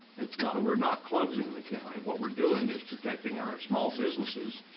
it's not a we're not closing the county. what we're doing is protecting our small businesses.